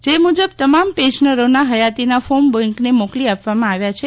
જે મુજબ અત્રેની તમામ પેન્શનરોનાં હયાતિના ફોર્મ બેંકને મોકલી આપવામાં આવ્યા છે